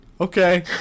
Okay